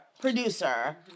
producer